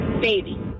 Baby